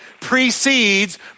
precedes